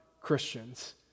Christians